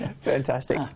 Fantastic